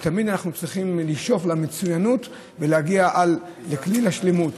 ותמיד אנחנו צריכים לשאוף למצוינות ולהגיע לכליל השלמות,